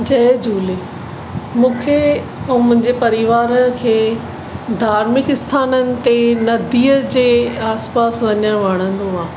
जय झूले मुखे अऊं मुंहिंजे परिवार खे धार्मिक स्थाननि ते नदीअ जे आस पास वञणु वणंदो आहे